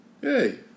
Hey